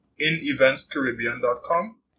ineventscaribbean.com